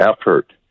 effort